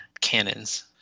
cannons